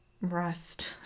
rest